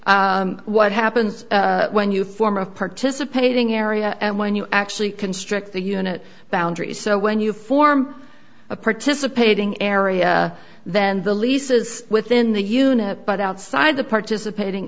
what happens when you form of participating area and when you actually constrict the unit boundaries so when you form a participating area then the lease is within the unit but outside the participating